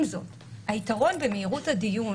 עם זאת, היתרון במהירות הדיון